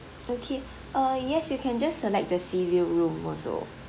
okay err yes you can just select the sea view room also